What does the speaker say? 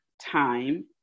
time